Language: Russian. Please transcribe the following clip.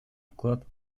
вклад